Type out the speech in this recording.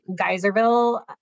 Geyserville